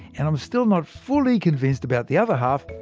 and i'm still not fully convinced about the other half,